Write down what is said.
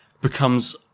becomes